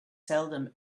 seldom